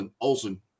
Olson